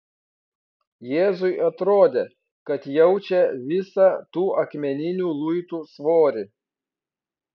jėzui atrodė kad jaučia visą tų akmeninių luitų svorį